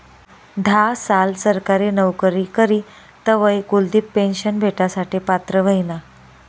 धा साल सरकारी नवकरी करी तवय कुलदिप पेन्शन भेटासाठे पात्र व्हयना